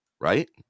Right